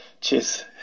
Cheers